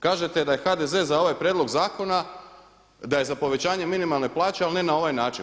Kažete da je HDZ za ovaj prijedlog zakona, da je za povećanje minimalne plaće ali ne na ovaj način.